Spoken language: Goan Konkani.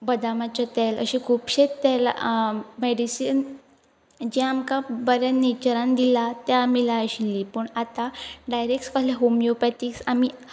बदामाचे तेल अशे खुबशे तेला मेडिसीन जे आमकां बऱ्या नेचरान दिलां तें आमी लाय आशिल्ली पूण आतां डायरेक्ट आमी होमियोपॅथीस आमी